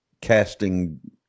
casting